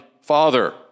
father